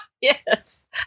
Yes